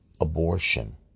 abortion